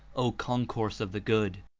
o con course of the good!